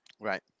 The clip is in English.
right